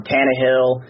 Tannehill